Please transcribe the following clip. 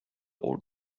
old